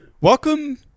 Welcome